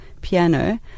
piano